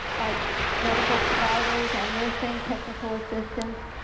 our medical providers, our nursing technical assistance,